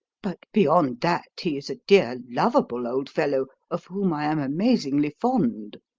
but, beyond that, he is a dear, lovable old fellow, of whom i am amazingly fond.